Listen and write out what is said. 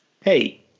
hey